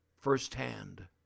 firsthand